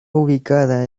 ubicada